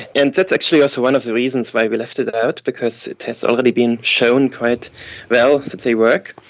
and that's actually also one of the reasons why we left it out because it has already been shown quite well that they work,